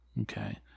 Okay